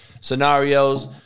scenarios